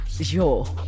Sure